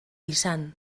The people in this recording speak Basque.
izan